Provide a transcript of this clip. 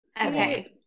okay